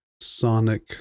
sonic